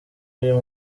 y’uyu